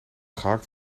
gehakt